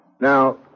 Now